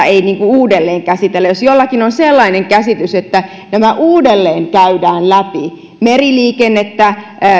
ei uudelleen käsitellä jos jollakin on sellainen käsitys että nämä uudelleen käydään läpi meriliikennettä